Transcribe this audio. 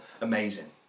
amazing